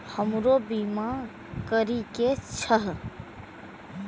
हमरो बीमा करीके छः?